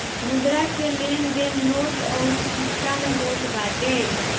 मुद्रा के लेन देन नोट अउरी सिक्का में होत बाटे